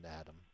Adam